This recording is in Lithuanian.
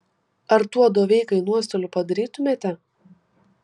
ar tuo doveikai nuostolių padarytumėte